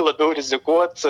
labiau rizikuot